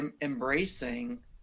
embracing